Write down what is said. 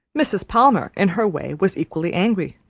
mrs. palmer, in her way, was equally angry.